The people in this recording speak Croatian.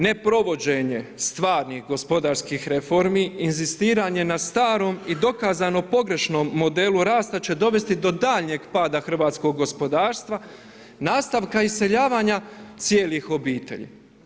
Neprovođenje stvarnih gospodarskih reformi, inzistiranje na starom i dokazano pogrešnom modelu rasta će dovesti do daljnjeg pada hrvatskog gospodarstva, nastavka iseljavanja cijelih obitelji.